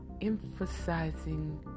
emphasizing